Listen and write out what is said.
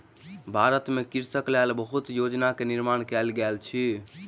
भारत में कृषकक लेल बहुत योजना के निर्माण कयल गेल अछि